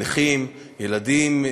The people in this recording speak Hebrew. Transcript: נכים, ילדים,